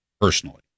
personally